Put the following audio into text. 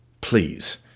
please